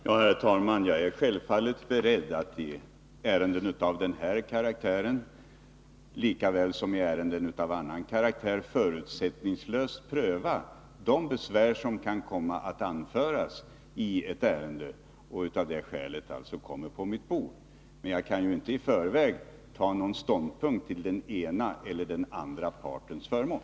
Herr talman! Jag är självfallet beredd att i ärenden av den här karaktären, lika väl som i ärenden av annan karaktär, förutsättningslöst pröva de besvär som kan komma att anföras och som av det skälet kommer på mitt bord. Men jag kan ju inte i förväg inta en ståndpunkt till den ena eller den andra partens förmån.